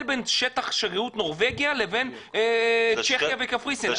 בין שטח שגרירות נורבגיה לבין צ'כיה וקפריסין?